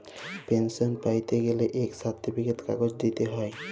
পেলসল প্যাইতে গ্যালে ইক সার্টিফিকেট কাগজ দিইতে হ্যয়